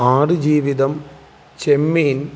ആട് ജീവിതം ചെമ്മീൻ